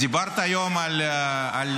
את דיברת היום על הימין,